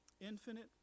Infinite